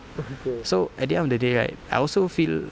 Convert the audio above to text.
so at the end of the day right I also feel